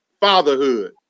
Fatherhood